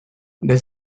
does